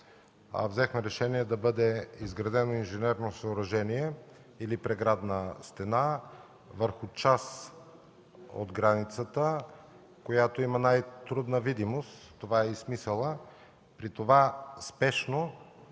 взехме решение да бъде изградено инженерно съоръжение или преградна стена върху част от границата, която има най-трудна видимост, такъв е смисълът, при това спешно,